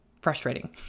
frustrating